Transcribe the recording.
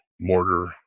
mortar